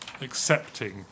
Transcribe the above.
accepting